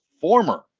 former